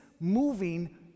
moving